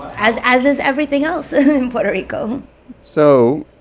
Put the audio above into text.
as as is everything else in puerto rico so,